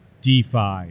DeFi